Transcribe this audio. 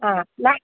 ആ ഞാൻ